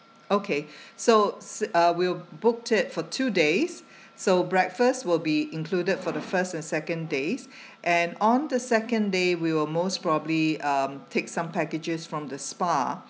okay so uh we'll booked it for two days so breakfast will be included for the first and second days and on the second day we will most probably um take some packages from the spa